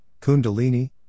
kundalini